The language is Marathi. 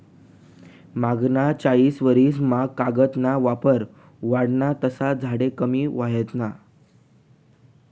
मांगला चायीस वरीस मा कागद ना वापर वाढना तसा झाडे कमी व्हयनात